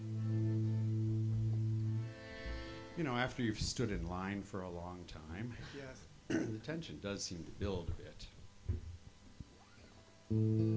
bit you know after you've stood in line for a long time the tension does seem to build